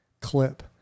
clip